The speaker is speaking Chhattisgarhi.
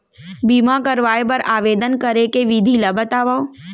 बीमा करवाय बर आवेदन करे के विधि ल बतावव?